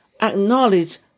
acknowledge